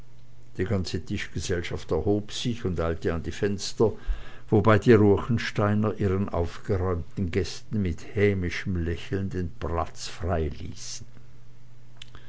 die ganze tischgesellschaft erhob sich und eilte an die fenster wobei die ruechensteiner ihren aufgeräumten gästen mit hämischem lächeln den platz frei